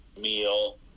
meal